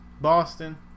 Boston